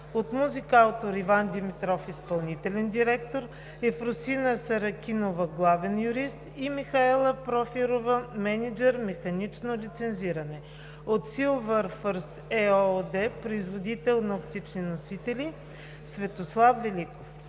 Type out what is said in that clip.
от Музикаутор: Иван Димитров – изпълнителен директор, Ефросина Саракинова – главен юрист, и Михаела Профирова – мениджър „Механично лицензиране“; от „Силвър фърст“ ЕООД (производител на оптични носители): Светослав Велков.